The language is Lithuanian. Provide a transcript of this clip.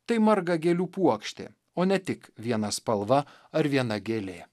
tai marga gėlių puokštė o ne tik viena spalva ar viena gėlė